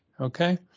okay